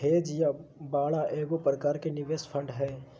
hedge या बाड़ा एगो प्रकार के निवेश फंड हय